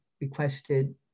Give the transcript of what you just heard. requested